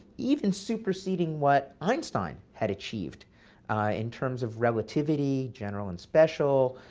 even superseding what einstein had achieved in terms of relativity, general and special,